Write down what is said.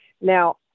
Now